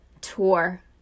tour